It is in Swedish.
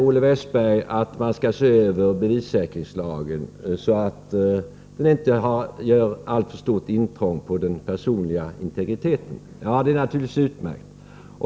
Olle Westberg säger att man skall se över bevissäkringslagen, så att den inte medför alltför stort intrång i den personliga integriteten. Det är naturligtvis utmärkt.